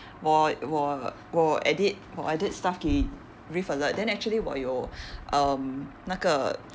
我我我 edit 我 edit stuff 给 reef alert then actually 我有 um 那个